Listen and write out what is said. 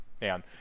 man